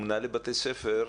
אומנה לבתי-ספר,